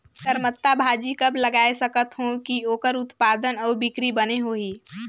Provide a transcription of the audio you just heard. करमत्ता भाजी कब लगाय सकत हो कि ओकर उत्पादन अउ बिक्री बने होही?